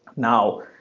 now,